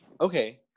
Okay